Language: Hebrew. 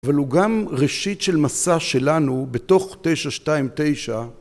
אבל הוא גם ראשית של מסע שלנו בתוך 929.